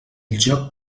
joc